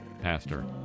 Pastor